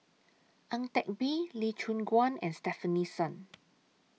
Ang Teck Bee Lee Choon Guan and Stefanie Sun